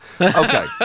Okay